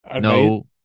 No